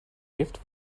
gift